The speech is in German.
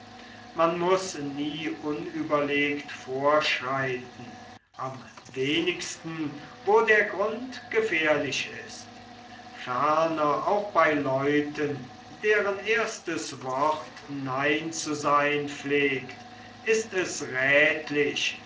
man muß nie unüberlegt vorschreiten am wenigsten wo der grund gefährlich ist ferner auch bei leuten deren erstes wort nein zu seyn pflegt ist es räthlich